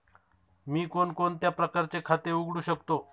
मी कोणकोणत्या प्रकारचे खाते उघडू शकतो?